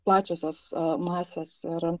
plačiosios masės ir